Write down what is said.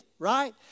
right